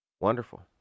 Wonderful